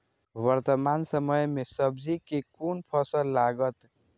वर्तमान समय में सब्जी के कोन फसल लागत?